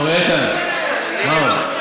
נו, איתן, מה אומר?